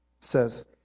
says